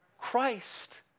Christ